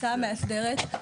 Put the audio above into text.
המועצה המאסדרת.